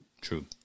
True